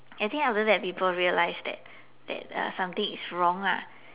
I think after that people realize that that uh something is wrong lah